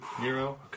Nero